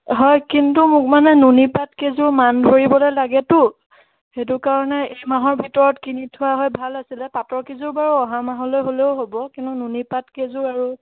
হয় কিন্তু মোক মানে নুনী পাট কেইযোৰ মান ধৰিবলৈ লাগেতো সেইটো কাৰণে এই মাহৰ ভিতৰত কিনি থোৱা হয় ভাল আছিলে পাটৰ কেইযোৰ বাৰু অহা মাহলৈ হ'লেও হ'ব কিন্তু নুনী পাট কেইযোৰ আৰু